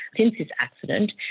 since his accident.